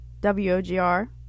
W-O-G-R